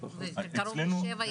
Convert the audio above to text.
קרוב ל־7 ימים.